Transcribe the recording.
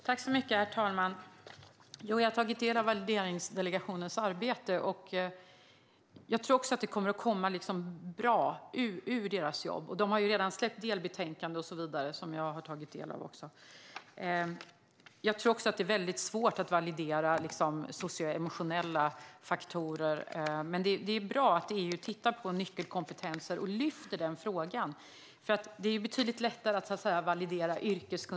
Herr talman! Jag har tagit del av Valideringsdelegationens arbete, och jag tror också att det kommer att komma något bra ur deras jobb. De har redan släppt delbetänkanden och så vidare, som jag också har tagit del av. Jag tror också att det är svårt att validera socioemotionella faktorer. Det är betydligt lättare att validera yrkeskunskap. Men det är bra att EU tittar på nyckelkompetenser och lyfter upp den frågan.